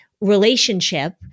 relationship